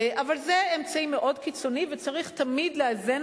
אבל זה אמצעי מאוד קיצוני וצריך תמיד לאזן